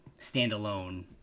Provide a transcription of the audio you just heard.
standalone